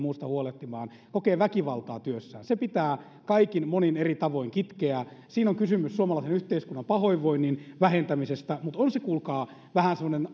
ja muusta huolehtimaan kokevat väkivaltaa työssään se pitää kaikin eri tavoin kitkeä siinä on kysymys suomalaisen yhteiskunnan pahoinvoinnin vähentämisestä mutta on se kuulkaa vähän semmoinen